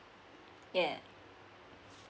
yeah